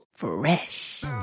fresh